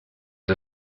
les